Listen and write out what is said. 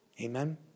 Amen